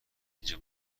اینجا